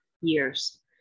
years